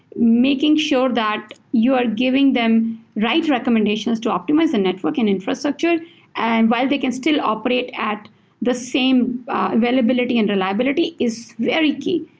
making sure that you're giving them right recommendations to optimize a network and infrastructure and while they can still operate at the same availability and reliability is very key.